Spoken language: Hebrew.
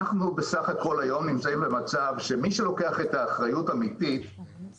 אנחנו בסך הכל היום נמצאים במצב שמי שלוקח את האחריות זה אנחנו,